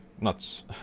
nuts